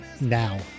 now